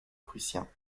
prussiens